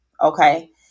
okay